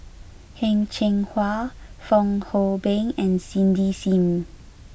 Heng Cheng Hwa Fong Hoe Beng and Cindy Sim